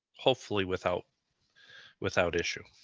hopefully without without issue.